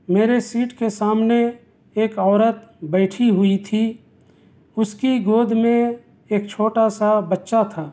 میرے سیٹ کے سامنے ایک عورت بیٹھی ہوئی تھی اس کی گود میں ایک چھوٹا سا بچّہ تھا